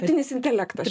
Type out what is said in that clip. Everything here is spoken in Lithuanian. vidinis intelektas